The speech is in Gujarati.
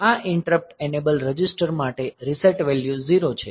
આ ઈંટરપ્ટ એનેબલ રજીસ્ટર માટે રીસેટ વેલ્યુ 0 છે